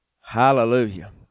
Hallelujah